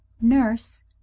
Nurse